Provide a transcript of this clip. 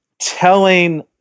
telling